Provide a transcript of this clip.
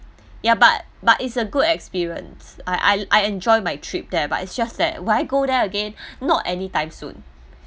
ya but but is a good experience I I I enjoy my trip there but it just that will I go there again not anytime soon